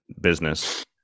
business